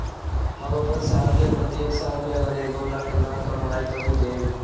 हम अपन साल के प्रत्येक साल मे अगर एक, दो लाख न कमाये तवु देम?